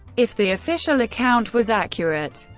if the official account was accurate,